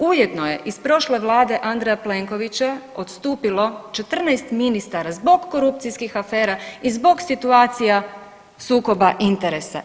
Ujedno je iz prošle Vlade Andreja Plenkovića odstupilo 14 ministara zbog korupcijskih afera i zbog situacija sukoba interesa.